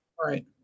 right